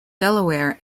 delaware